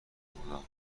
بودا